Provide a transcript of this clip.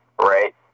right